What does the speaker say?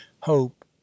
hope